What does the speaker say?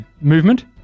Movement